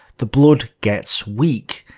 the blood gets weak,